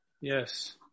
Yes